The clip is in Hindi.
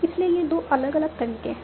इसलिए ये 2 अलग अलग तरीके हैं